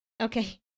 Okay